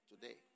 today